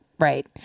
Right